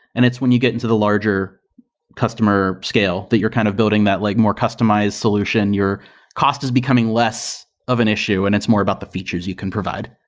and it's when you get into the larger customer scale that you're kind of building that like more customized solution. your cost is becoming less of an issue and it's more about the features you can provide.